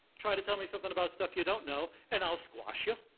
try to tell me something about stuff you don't know and i'll squash you.